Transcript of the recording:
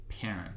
parent